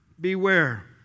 Beware